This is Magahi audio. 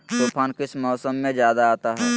तूफ़ान किस मौसम में ज्यादा आता है?